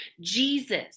Jesus